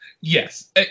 Yes